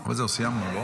אני